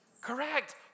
Correct